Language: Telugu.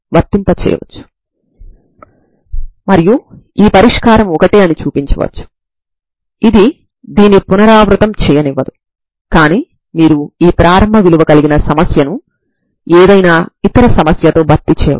ఇంతకుముందు మనం ఈ నియమాలను నిర్ణయించాము ఇప్పుడు మనం వీటిని నిర్ణయించకుండా స్వేచ్ఛగా వదిలి వేస్తున్నాము